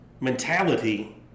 mentality